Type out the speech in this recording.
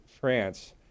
France